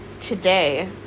today